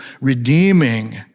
redeeming